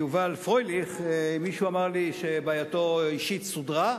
יובל פרייליך, מישהו אמר לי שבעייתו האישית סודרה,